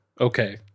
Okay